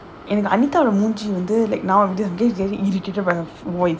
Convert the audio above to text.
and anita மூஞ்சி வந்து நான் வந்து:moonji vandhu naan vandhu like now get really irritated by her voice